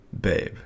Babe